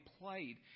played